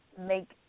make